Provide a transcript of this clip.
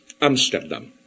Amsterdam